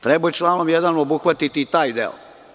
Trebalo je članom 1. obuhvati i taj deo.